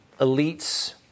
elites